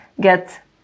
get